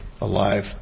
alive